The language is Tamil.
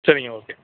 சரிங்க ஓகே